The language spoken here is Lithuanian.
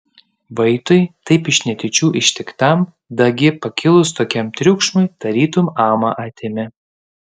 vaitui taip iš netyčių ištiktam dagi pakilus tokiam triukšmui tarytum amą atėmė